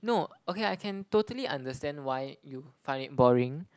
no okay I can totally understand why you find it boring